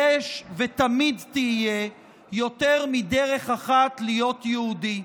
יש ותמיד תהיה יותר מדרך אחת להיות יהודי.